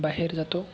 बाहेर जातो